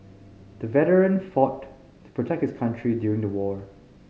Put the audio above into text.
the veteran fought to protect his country during the war